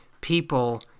people